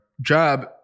job